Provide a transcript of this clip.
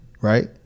right